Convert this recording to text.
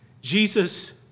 Jesus